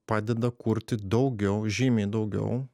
padeda kurti daugiau žymiai daugiau